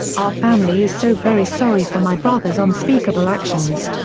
our family is so very sorry for my brother's unspeakable actions.